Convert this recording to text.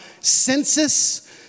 census